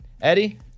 Eddie